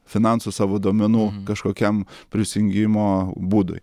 finansų savo duomenų kažkokiam prisijungimo būdui